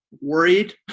worried